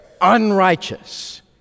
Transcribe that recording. unrighteous